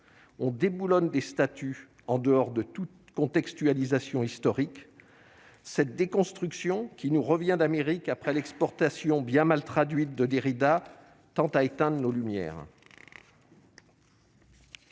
on déboulonne des statuts en dehors de toute contextualisation historique cette déconstruction qui nous revient d'Amérique après l'exportation bien mal traduite de Derrida tente à éteindre nos lumières.